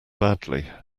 badly